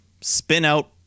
spin-out